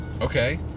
Okay